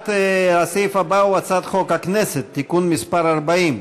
הסעיף הבא הוא הצעת חוק הכנסת (תיקון מס' 40),